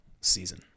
season